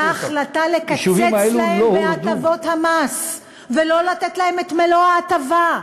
הייתה החלטה לקצץ להם בהטבות המס ולא לתת להם את מלוא ההטבה.